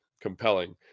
compelling